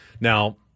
Now